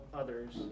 others